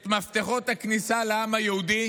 את מפתחות הכניסה לעם היהודי